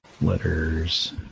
Letters